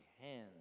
hands